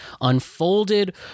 unfolded